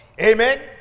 Amen